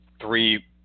three